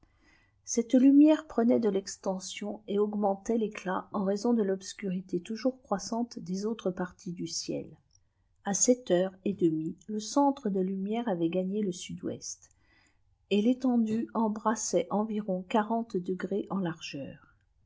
cette lumière prenait de l'extension et augmentait d'éclal en raison de rùb iftè wjours troissanïè des autres parties du ciel a sept heutes diàiilele centre te lunrière avait gagné le sud-ouest et l'étendue embrassait environ quarante degrés en largeur